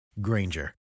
Granger